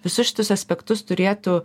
visus šitus aspektus turėtų